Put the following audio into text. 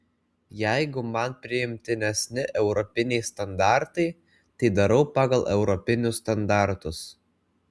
jeigu man priimtinesni europiniai standartai tai darau pagal europinius standartus